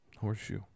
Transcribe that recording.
Horseshoe